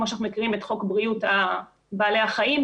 כמו שאנחנו מכירים את חוק בריאות בעלי החיים,